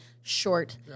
short